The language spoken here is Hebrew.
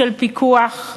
של פיקוח.